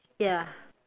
ya